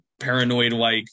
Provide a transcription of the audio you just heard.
paranoid-like